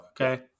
okay